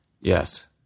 Yes